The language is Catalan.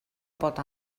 pot